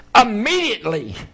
Immediately